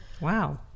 Wow